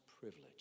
privilege